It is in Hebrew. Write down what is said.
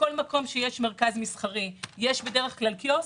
בכל מקום שיש מרכז מסחרי יש בדרך כלל קיוסק.